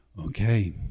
Okay